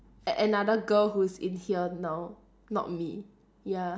a another girl who's in here now not me ya